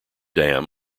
dam